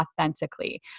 authentically